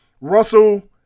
Russell